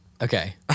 Okay